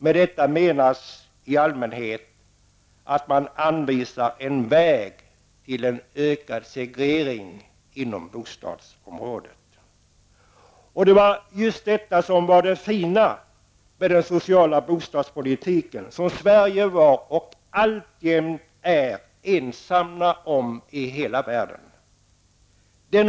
Med detta menas i allmänhet att man anvisar en väg till ökad segregering inom bostadsområdet. Det är just detta som är det fina med den sociala bostadspolitiken som Sverige var, och alltjämt är, ensamt om i hela världen.